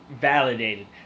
validated